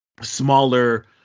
smaller